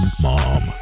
mom